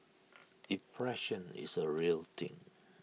depression is A real thing